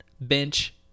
bench